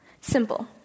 Simple